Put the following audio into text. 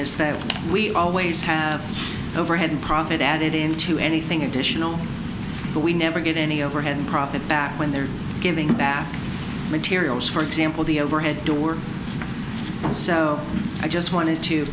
is that we always have overhead profit added into anything additional but we never get any overhead profit back when they're giving back materials for example the overhead to work so i just wanted to